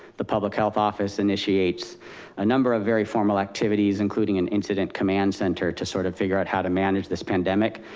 the public health office initiates a number of very formal activities, including an incident command center to sort of figure out how to manage this pandemic.